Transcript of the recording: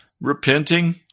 repenting